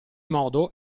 modo